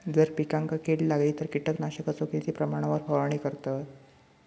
जर पिकांका कीड लागली तर कीटकनाशकाचो किती प्रमाणावर फवारणी करतत?